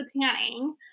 tanning